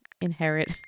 inherit